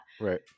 Right